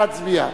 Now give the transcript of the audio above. נא להצביע.